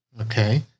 Okay